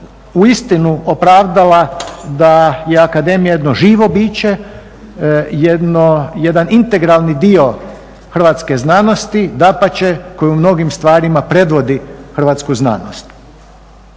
uistinu opravdala da je akademija jedno živo biće, jedan integralni dio hrvatske znanosti, dapače koja u mnogim stvarima predvodi hrvatsku znanosti.